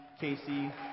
Casey